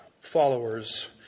followers